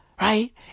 Right